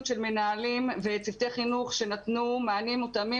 של מנהלים וצוותי חינוך שנתנו מענים מותאמים